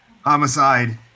Homicide